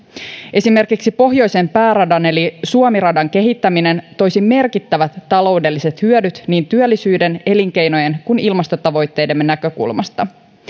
esimerkiksi pohjoisen pääradan eli suomi radan kehittäminen toisi merkittävät taloudelliset hyödyt niin työllisyyden elinkeinojen kuin ilmastotavoitteidemme näkökulmasta